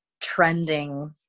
trending